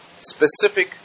specific